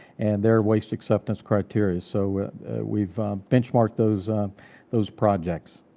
and their waste acceptance criteria. so we've benchmarked those those projects.